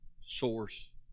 source